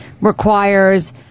requires